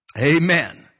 Amen